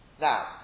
now